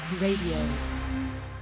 Radio